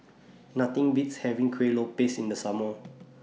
Nothing Beats having Kuih Lopes in The Summer